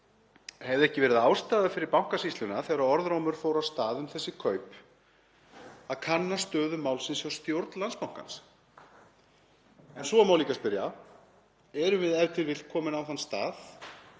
Hefði ekki verið ástæða fyrir Bankasýsluna þegar orðrómur fór af stað um þessi kaup að kanna stöðu málsins hjá stjórn Landsbankans? En svo má líka spyrja: Erum við e.t.v. komin á þann stað